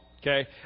Okay